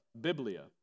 Biblia